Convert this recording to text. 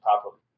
Properly